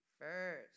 first